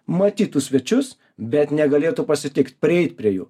matytų svečius bet negalėtų pasitikt prieit prie jų